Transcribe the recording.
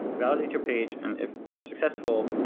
validate your page, and if you're successful,